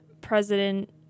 president